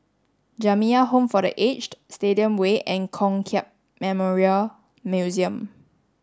Jamiyah Home for the Aged Stadium Way and Kong Hiap Memorial Museum